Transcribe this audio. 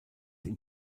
ihn